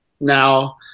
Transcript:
now